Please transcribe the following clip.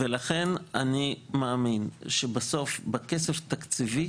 לכן אני מאמין שבסוף בכסף תקציבי